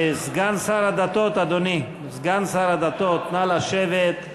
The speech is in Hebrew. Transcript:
סגן שר הדתות, אדוני, נא לשבת.